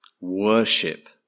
worship